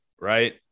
right